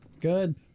Good